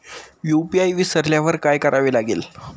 UPI विसरल्यावर काय करावे लागेल?